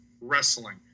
wrestling